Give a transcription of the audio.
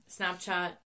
Snapchat